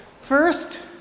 first